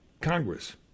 Congress